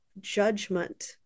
judgment